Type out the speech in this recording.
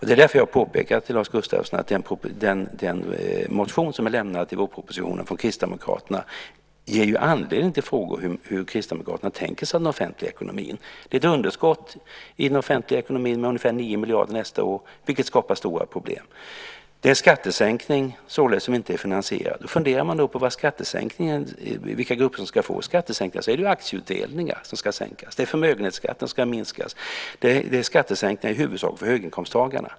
Det är därför jag påpekar för Lars Gustafsson att den motion som är lämnad till vårpropositionen från Kristdemokraterna ger anledning till frågor kring hur Kristdemokraterna tänker sig den offentliga ekonomin. Det är ett underskott i den offentliga ekonomin med ungefär 9 miljarder nästa år, vilket skapar stora problem. Det är en skattesänkning som inte är finansierad. Funderar man på vilka grupper som ska få skattesänkningar är det aktieutdelningar som ska sänkas, det är förmögenhetsskatten som ska minskas. Det är skattesänkningar i huvudsak för höginkomsttagarna.